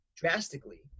drastically